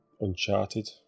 uncharted